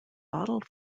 bottled